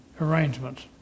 arrangements